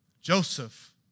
Joseph